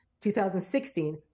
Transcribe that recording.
2016